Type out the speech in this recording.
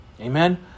Amen